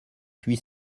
huit